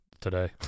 today